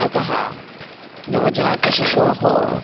अतः नवजातशिशोः